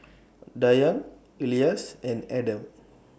Dayang Elyas and Adam